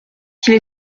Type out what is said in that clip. qu’il